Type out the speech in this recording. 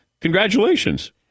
Congratulations